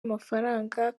amafaranga